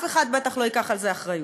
בטח אף אחד לא ייקח על זה אחריות.